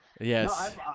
Yes